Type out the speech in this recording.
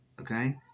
Okay